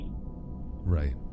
Right